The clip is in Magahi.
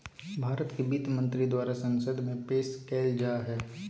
भारत के वित्त मंत्री द्वारा संसद में पेश कइल जा हइ